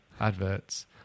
adverts